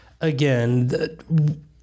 again